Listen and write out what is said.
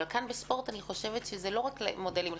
אבל בספורט זה לא רק מודלים לחיקוי.